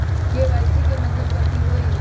KYC के मतलब कथी होई?